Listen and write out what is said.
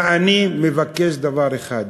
ואני מבקש דבר אחד: